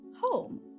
home